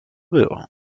było